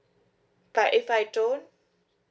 but if I don't